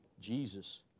Jesus